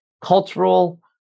cultural